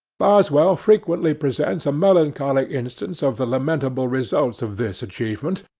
boswell frequently presents a melancholy instance of the lamentable results of this achievement,